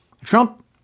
Trump